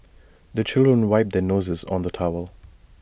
the children wipe their noses on the towel